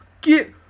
Get